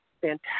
fantastic